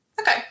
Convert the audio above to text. Okay